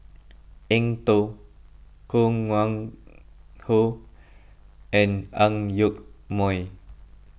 Eng Tow Koh Nguang How and Ang Yoke Mooi